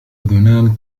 أذنان